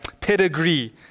pedigree